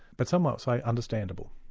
but some might say, understandable.